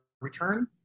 return